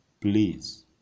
please